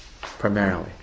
primarily